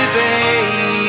baby